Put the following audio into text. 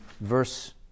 verse